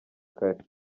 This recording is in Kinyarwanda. kare